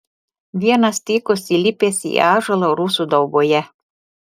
vienas tykos įlipęs į ąžuolą rusų dauboje